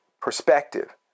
perspective